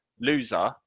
loser